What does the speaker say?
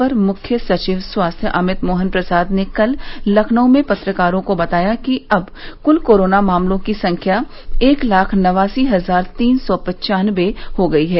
अपर मुख्य सचिव स्वास्थ्य अमित मोहन प्रसाद ने कल लखनऊ में पत्रकारों को बताया कि अब क्ल कोरोना मामलों की संख्या एक लाख नवासी हजार तीन सौ पन्चानबे हो गई है